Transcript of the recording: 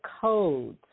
codes